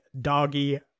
doggy